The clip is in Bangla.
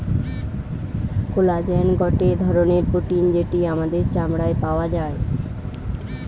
কোলাজেন গটে ধরণের প্রোটিন যেটি আমাদের চামড়ায় পাওয়া যায়